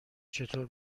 چطور